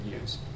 use